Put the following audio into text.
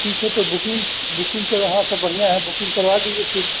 ठीक है तो बुकिंग बुकिंग कर हाँ सब बढ़िया है बुकिंग करवा दीजिये फिर